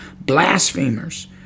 blasphemers